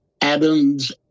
Adams